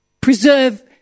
Preserve